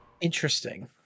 interesting